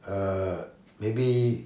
uh maybe